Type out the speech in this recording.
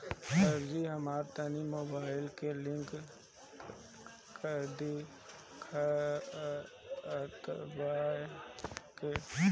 सरजी हमरा तनी मोबाइल से लिंक कदी खतबा के